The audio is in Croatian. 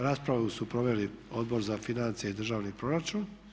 Raspravu su proveli Odbor za financije i državni proračun.